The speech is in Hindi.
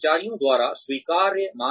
कर्मचारियों द्वारा स्वीकार्यता